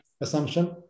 assumption